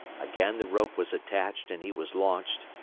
again the rope was attached and he was launched,